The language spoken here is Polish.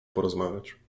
porozmawiać